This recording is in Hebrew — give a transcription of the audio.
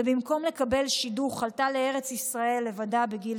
ובמקום לקבל שידוך עלתה לארץ ישראל לבדה בגיל